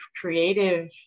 creative